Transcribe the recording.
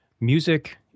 music